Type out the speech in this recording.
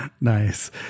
Nice